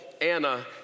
Anna